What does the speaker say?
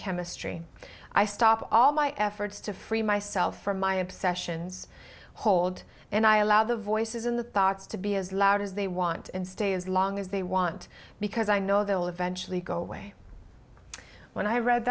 chemistry i stop all my efforts to free myself from my obsessions hold and i allow the voices in the thoughts to be as loud as they want and stay as long as they want because i know they will eventually go away when i